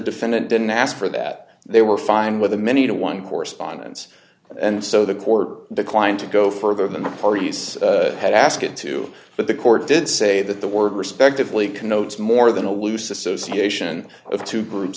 defendant didn't ask for that they were fine with a many to one correspondence and so the court declined to go further than the parties had asked it to but the court did say that the word respectively connotes more than a loose association of two groups